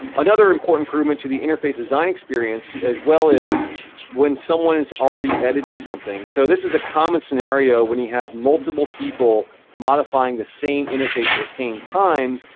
another important improvement to the interface design experience as well as when someone is already editing something. so, this is a common scenario. when you have multiple people modifying the same interface at the same time,